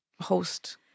host